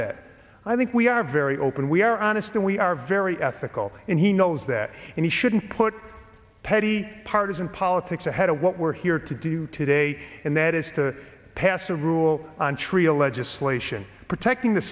that i think we are very open we are honest and we are very ethical and he knows that and he shouldn't put petty partisan politics ahead of what we're here to do today and that is to pass a rule on trio legislation protecting the